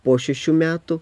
po šešių metų